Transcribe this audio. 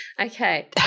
Okay